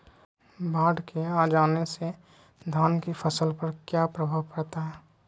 बाढ़ के आ जाने से धान की फसल पर किया प्रभाव पड़ता है?